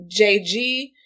JG